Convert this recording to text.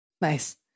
Nice